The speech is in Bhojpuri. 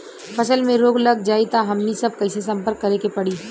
फसल में रोग लग जाई त हमनी सब कैसे संपर्क करें के पड़ी?